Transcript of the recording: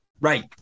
Right